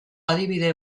adibide